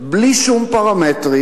בלי שום פרמטרים.